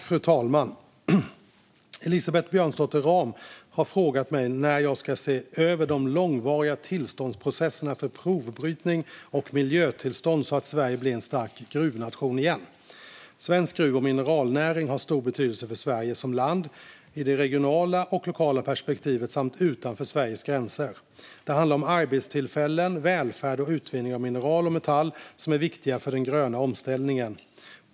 Fru talman! har frågat mig när jag ska se över de långvariga tillståndsprocesserna för provbrytning och miljötillstånd så att Sverige blir en stark gruvnation igen. Svensk gruv och mineralnäring har stor betydelse för Sverige som land, i det regionala och lokala perspektivet samt utanför Sveriges gränser. Det handlar om arbetstillfällen, välfärd och utvinning av mineral och metall som är viktiga för den gröna omställningen.